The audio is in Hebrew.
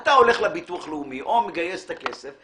אתה הולך לביטוח לאומי או מגייס את הכסף,